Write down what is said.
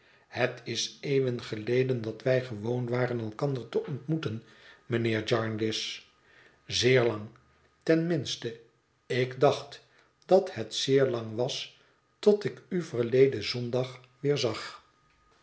het is eeuwen geleden dat wij gewoon waren elkander te ontmoeten mijnheer jarndyce zeer lang ten minste ik dacht dat het zeer lang was tot ik u verleden zondag weer zag